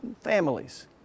families